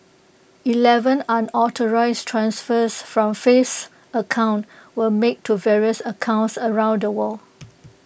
Eleven unauthorised transfers from Faith's account were made to various accounts around the world